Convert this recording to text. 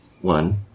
one